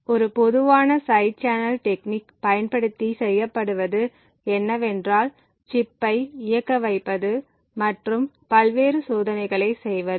ஒரு பொதுவான side channel technique பயன்படுத்தி செய்யப்படுவது என்னவென்றால் சிப் ஐ இயக்க வைப்பது மற்றும் பல்வேறு சோதனைகளை செய்வது